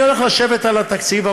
אני הולך לשבת על התקציב,